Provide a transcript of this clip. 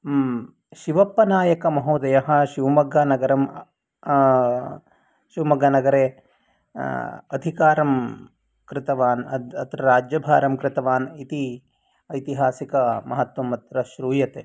शिवप्पनायकमहोदयः शिवमोग्गानगरं शिवमोग्गानगरे अधिकारं कृतवान् अत्र राज्यभारङ्कृतवान् इति ऐतिहासिकमहत्वम् अत्र श्रूयते